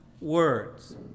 words